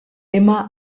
immer